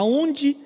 Aonde